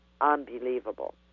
unbelievable